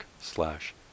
slash